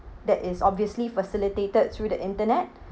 that is obviously facilitated through the internet